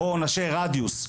או עונשי רדיוס,